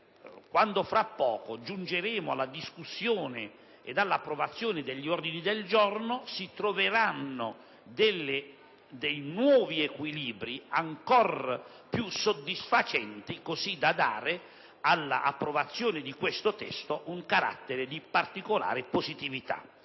quando fra poco giungeremo alla discussione ed all' approvazione degli ordini del giorno si troveranno dei nuovi equilibri ancor più soddisfacenti, così da dare all' approvazione di questo testo un carattere di particolare positività.